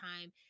time